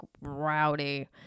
rowdy